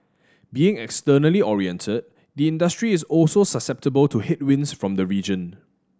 being externally oriented the industry is also susceptible to headwinds from the region